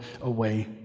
away